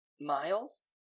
miles